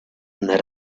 and